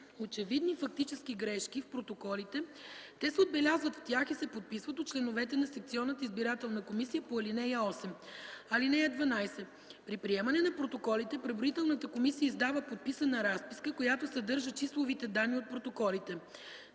очевидни фактически грешки в протоколите, те се отбелязват в тях и се подписват от членовете на секционната избирателна комисия по ал. 8. (12) При приемане на протоколите преброителната комисия издава подписана разписка, която съдържа числовите данни от протоколите.